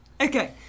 Okay